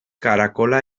karakola